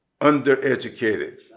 undereducated